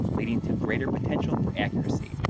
leading to greater potential for accuracy.